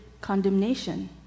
condemnation